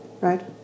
right